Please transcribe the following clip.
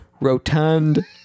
Rotund